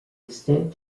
extent